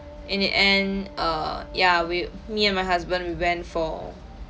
in the end err ya we me and my husband we went for